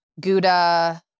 Gouda